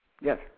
Yes